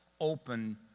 open